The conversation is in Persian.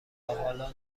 حالا